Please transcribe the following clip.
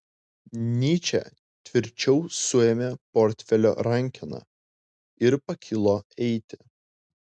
nyčė tvirčiau suėmė portfelio rankeną ir pakilo eiti